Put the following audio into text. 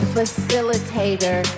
facilitator